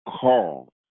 call